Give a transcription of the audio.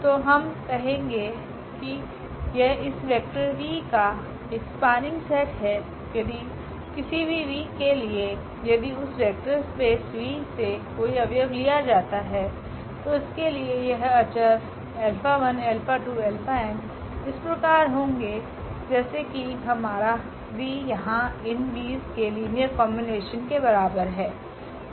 तो हम कहेंगे कि यह इस वेक्टर v का एक स्पनिंग सेट है यदि किसी भी vके लिए यदि उस वेक्टर स्पेस V से कोई अव्यव लिया जाता है तो इसके लिए यह अचर 𝛼1 𝛼2 𝛼𝑛 इस प्रकार होगे जैसे कि हमारा 𝑣 यहाँ इन v'sके लीनियर कॉम्बिनेशन के बराबर है